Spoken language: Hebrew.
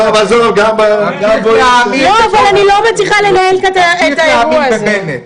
אני לא מצליחה לנהל את האירוע הזה.